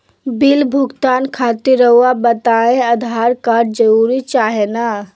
Bill भुगतान खातिर रहुआ बताइं आधार कार्ड जरूर चाहे ना?